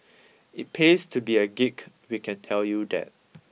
it pays to be a geek we can tell you that